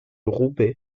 roubaix